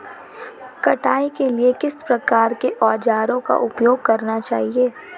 कटाई के लिए किस प्रकार के औज़ारों का उपयोग करना चाहिए?